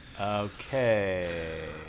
Okay